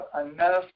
enough